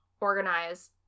organize